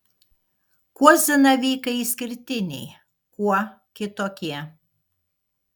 kuo zanavykai išskirtiniai kuo kitokie